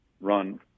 run